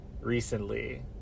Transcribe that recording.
recently